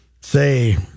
say